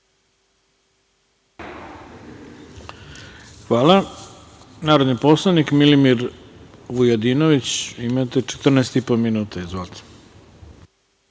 Hvala. Narodni poslanik Milimir Vujadinović. Imate 14 i po minuta. Izvolite.